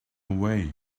away